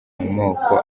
moko